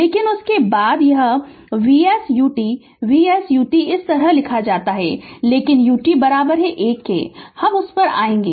लेकिन उसके बाद यह Vs ut Vs ut इस तरह लिखा जाता है लेकिन ut 1 हम उस पर आएंगे